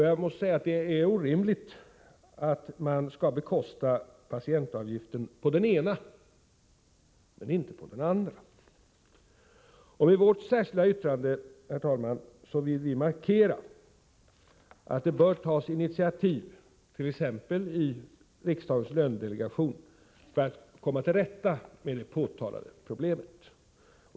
Jag anser att det är orimligt att man själv skall bekosta patientavgiften på den ena anläggningen men inte på den andra. Med vårt särskilda yttrande vill vi markera att det bör tas initiativ, t.ex. i riksdagens lönedelegation, för att komma till rätta med det påtalade problemet.